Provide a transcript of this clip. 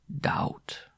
Doubt